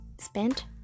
Spent